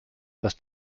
dass